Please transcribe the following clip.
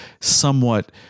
somewhat